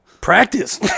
Practice